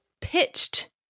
pitched